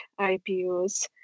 IPOs